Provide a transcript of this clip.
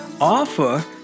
offer